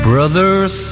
Brothers